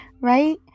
right